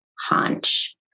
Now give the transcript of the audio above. hunch